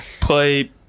play